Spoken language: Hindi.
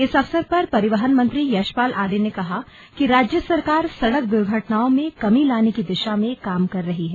इस अवसर पर परिवहन मंत्री यशपाल आर्य ने कहा कि राज्य सरकार सड़क द्र्घटनाओं में कमी लाने की दिशा में काम कर रही है